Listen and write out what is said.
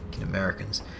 Americans